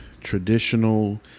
traditional